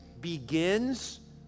begins